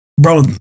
bro